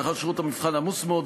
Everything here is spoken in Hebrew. מאחר ששירות המבחן עמוס מאוד,